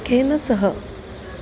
केन सह